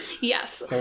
Yes